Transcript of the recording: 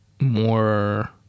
more